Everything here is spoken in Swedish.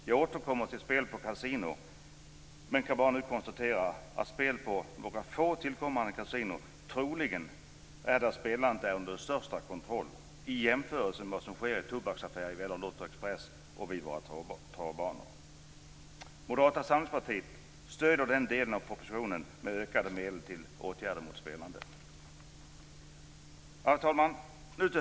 Jag återkommer till frågan om spel på kasino men kan nu bara konstatera att spel på våra få tillkommande kasinon troligen kommer att ske under den största kontrollen, i jämförelse med vad som sker i tobaksaffärer, vid lottoexpress och på våra travbanor. Moderata samlingspartiet stöder den del av propositionen som gäller ökade medel till åtgärder mot spelberoende. Fru talman!